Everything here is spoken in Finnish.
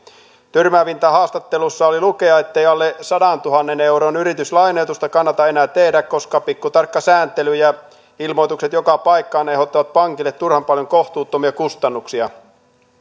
tyrmäävintä haastattelusta oli lukea ettei alle sadantuhannen euron yrityslainoitusta kannata enää tehdä koska pikkutarkka sääntely ja ilmoitukset joka paikkaan aiheuttavat pankille turhan paljon kohtuuttomia kustannuksia